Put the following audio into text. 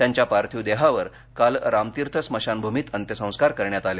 त्यांच्या पार्थिव देहावर काल रामतीर्थ स्मशानभूमीत अंत्यसंस्कार करण्यात आले